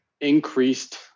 increased